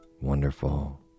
wonderful